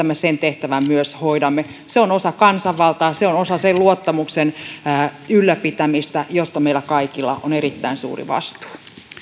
me sen tehtävän myös hoidamme se on osa kansanvaltaa se on osa sen luottamuksen ylläpitämistä josta meillä kaikilla on erittäin suuri vastuu